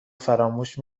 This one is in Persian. فراموش